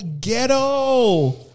ghetto